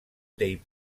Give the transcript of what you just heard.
dei